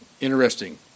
interesting